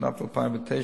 משנת 2009,